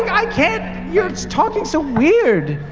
i can't, you're talking so weird!